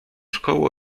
szkoły